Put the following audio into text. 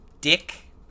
Dick